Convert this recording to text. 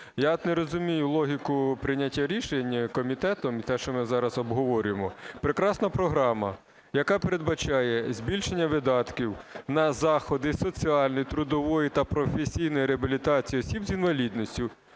от не розумію логіку прийняття рішень комітетом, те, що ми зараз обговорюємо. Прекрасна програма, яка передбачає збільшення видатків на заходи соціальної, трудової та професійної реабілітації осіб з інвалідністю.